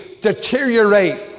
deteriorate